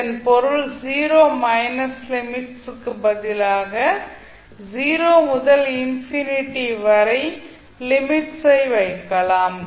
இதன் பொருள் 0 minus limits க்கு பதிலாக 0 முதல் இன்ஃபினிட்டி வரை லிமிட்ஸ் ஐ வைக்கலாம்